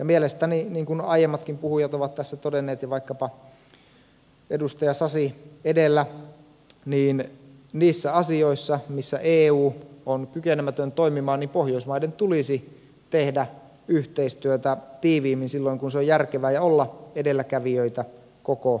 mielestäni niin kuin aiemmatkin puhujat ovat tässä todenneet ja vaikkapa edustaja sasi edellä niissä asioissa missä eu on kykenemätön toimimaan pohjoismaiden tulisi tehdä yhteistyötä tiiviimmin silloin kun se on järkevää ja olla edelläkävijöitä koko euroopassa